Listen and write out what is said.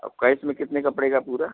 और कैस में कितने का पड़ेगा पूरा